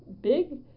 big